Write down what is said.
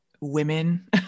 women